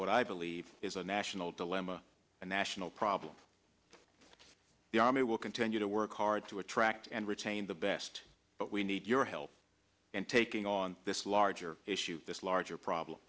what i believe is a national dilemma a national problem the army will continue to work hard to attract and retain the best but we need your help and taking on this larger issue this larger problem